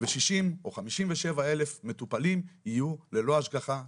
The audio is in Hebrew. ו-57,000 או 60,000 מטופלים יהיו ללא השגחה,